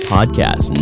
Podcast